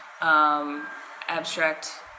abstract